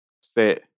set